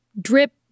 drip